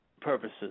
purposes